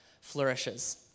flourishes